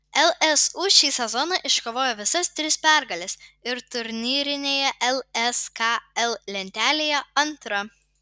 lsu šį sezoną iškovojo visas tris pergales ir turnyrinėje lskl lentelėje antra